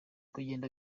kugenda